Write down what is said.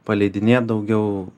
paleidinėt daugiau